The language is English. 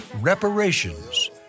Reparations